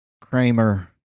Kramer